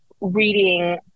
reading